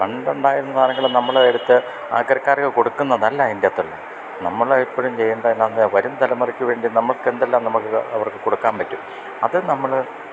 പണ്ടുണ്ടായിരുന്ന സാധനങ്ങള് നമ്മള് എടുത്ത് ആക്രിക്കാർക്കു കൊടുക്കുന്നതല്ല അതിന്റെ അകത്തുള്ള നമ്മള് എപ്പോഴും ചെയ്യേണ്ടതെന്നുവച്ചാല് വരുംതലമുറയ്ക്കുവേണ്ടി നമുക്കെന്തെല്ലാം നമ്മള്ക്ക് അവർക്കു കൊടുക്കാന് പറ്റും അത് നമ്മള്